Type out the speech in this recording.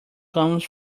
comes